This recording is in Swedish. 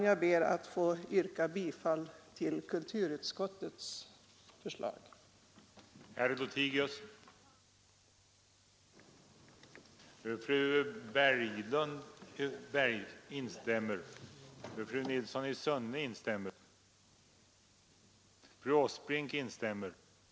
Jag ber att få yrka bifall till kulturutskottets förslag.